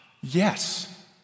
yes